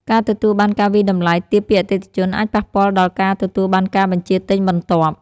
ការទទួលបានការវាយតម្លៃទាបពីអតិថិជន អាចប៉ះពាល់ដល់ការទទួលបានការបញ្ជាទិញបន្ទាប់។